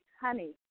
honey